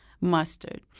mustard